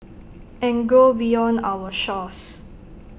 and grow beyond our shores